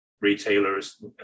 retailers